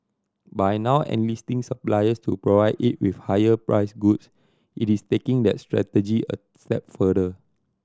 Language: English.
by now enlisting suppliers to provide it with higher priced goods it is taking that strategy a step further